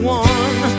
one